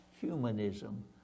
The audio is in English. humanism